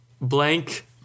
Blank